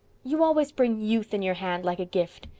you always bring youth in your hand like a gift.